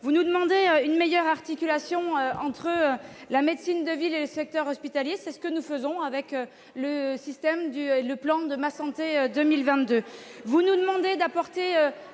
Vous nous demandez de mieux articuler la médecine de ville et le secteur hospitalier ; c'est ce que nous faisons avec le plan Ma Santé 2022.